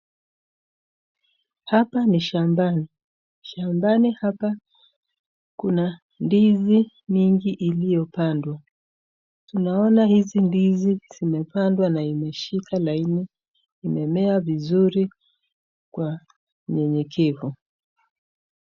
Hapa ni shambani shambani hapa kuna ndizi mingi iliyopandwa , tunaona hizi ndizi imepandwa na imeshika laini imemea vizuri unyenyekeo.